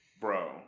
Bro